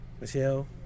Michelle